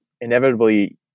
inevitably